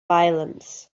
violence